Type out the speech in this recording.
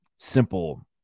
simple